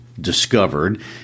discovered